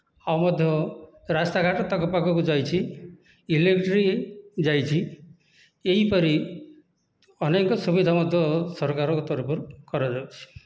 ଆଉ ମଧ୍ୟ ରାସ୍ତାଘାଟ ତାଙ୍କ ପାଖକୁ ଯାଇଛି ଇଲେକ୍ଟ୍ରି ଯାଇଛି ଏହିପରି ଅନେକ ସୁବିଧା ମଧ୍ୟ ସରକାରଙ୍କ ତରଫରୁ କରାଯାଉଛି